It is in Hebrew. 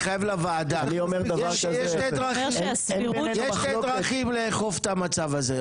יש שתי דרכים לאכוף את המצב הזה.